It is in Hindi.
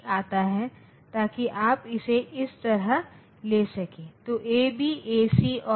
हमारी शब्दावली के अनुसार इसे 0 का प्रतिनिधित्व करना चाहिए